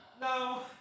No